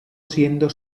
siendo